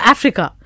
Africa